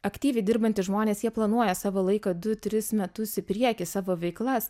aktyviai dirbantys žmonės jie planuoja savo laiką du tris metus į priekį savo veiklas